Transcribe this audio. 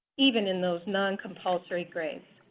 even in those noncompulsory grades.